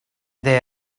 they